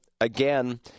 again